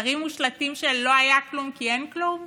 תרימו שלטים שלא היה כלום כי אין כלום?